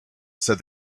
said